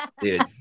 dude